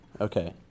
okay